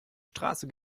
straße